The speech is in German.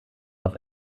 auf